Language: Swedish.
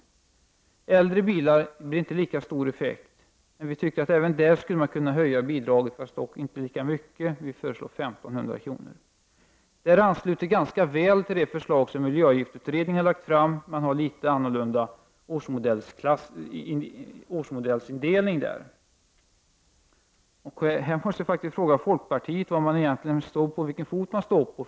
På äldre bilar får man inte så stor effekt, men vi föreslår en höjning även för dem, inte lika mycket, men 1 500 kr. Detta ansluter ganska väl till det förslag som miljöavgiftutredningen lagt fram, även om utredningen har någon annan årsmodellindelning. Jag måste fråga folkpartiet vilken fot man står på.